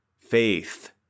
faith